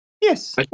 yes